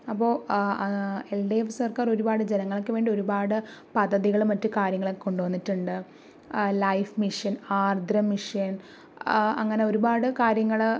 അപ്പോ L D F സർക്കാർ ഒരുപാട് ജനങ്ങൾക്ക് വേണ്ടി ഒരുപാട് പദ്ധതികളും മറ്റു കാര്യങ്ങളും കൊണ്ടുവന്നിട്ടുണ്ട് ലൈഫ് മിഷൻ ആർദ്രം മിഷൻ അങ്ങനെ ഒരുപാട് കാര്യങ്ങൾ